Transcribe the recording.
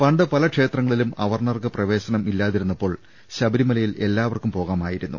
പണ്ട് പല ക്ഷേത്രങ്ങ ളിലും അവർണ്ണർക്ക് പ്രവേശനം ഇല്ലാതിരുന്നപ്പോൾ ശബരിമലയിൽ എല്ലാ വർക്കും പോകാമായിരുന്നു